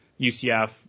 UCF